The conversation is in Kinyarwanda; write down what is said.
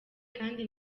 kandi